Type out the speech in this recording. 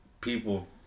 People